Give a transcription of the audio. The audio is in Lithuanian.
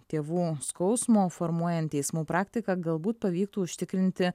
tėvų skausmo formuojant teismų praktiką galbūt pavyktų užtikrinti